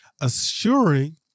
assuring